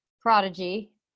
prodigy